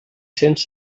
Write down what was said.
cents